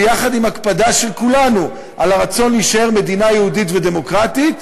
ויחד עם הקפדה של כולנו על הרצון להישאר מדינה יהודית ודמוקרטית,